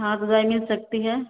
हाँ तो दवाई मिल सकती है